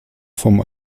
vom